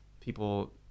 people